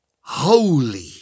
holy